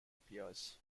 appears